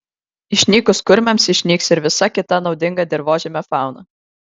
išnykus kurmiams išnyks ir visa kita naudinga dirvožemio fauna